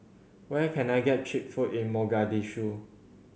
where can I get cheap food in Mogadishu